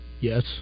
Yes